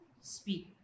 speak